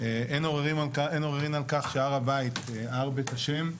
אין עוררין על כך שהר הבית, הר בית השם,